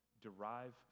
derive